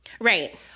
Right